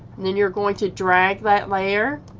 and and you're going to drag that layer